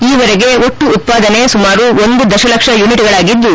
ಈವರೆಗೆ ಒಟ್ಟು ಉತ್ಪಾದನೆ ಸುಮಾರು ಒಂದು ದಶಲಕ್ಷ ಯುನಿಟ್ಗಳಾಗಿದ್ದು